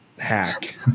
hack